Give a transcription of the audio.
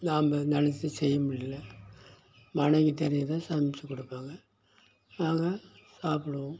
நாம்ம நினச்சத செய்ய முடியல மனைவி தெரிகிற சமைத்து கொடுப்பாங்க நாங்கள் சாப்பிடுவோம்